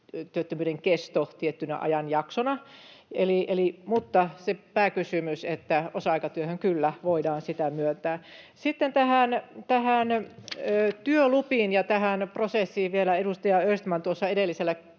työttömyyden kesto tiettynä ajanjaksona. Mutta se pääkysymys: osa-aikatyöhön kyllä voidaan sitä myöntää. Sitten työluvista ja tästä prosessista vielä edustaja Östman tuossa edellisellä